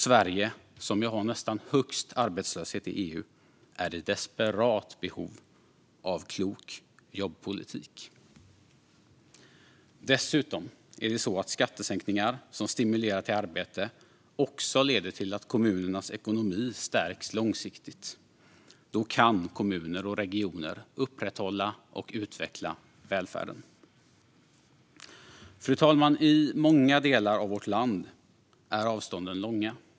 Sverige, som har nästan högst arbetslöshet i EU, är i desperat behov av klok jobbpolitik. Dessutom leder skattesänkningar - som stimulerar till arbete - till att kommunernas ekonomi stärks långsiktigt. Då kan kommuner och regioner upprätthålla och utveckla välfärden. Fru talman! I många delar av vårt land är avstånden långa.